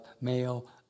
male